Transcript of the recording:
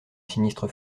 sinistre